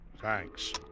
Thanks